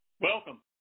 Welcome